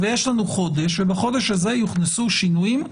יש לנו חודש, ובחודש הזה יוכנסו שינויים.